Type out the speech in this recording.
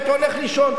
אתה הולך לישון,